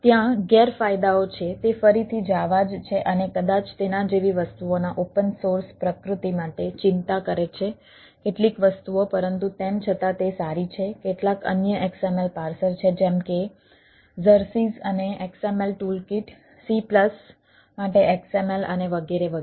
ત્યાં ગેરફાયદાઓ છે તે ફરીથી JAVA જ છે અને કદાચ તેના જેવી વસ્તુઓના ઓપન સોર્સ કરી રહ્યા છીએ ત્યારે